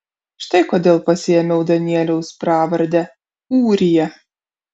štai kodėl pasiėmiau danieliaus pravardę ūrija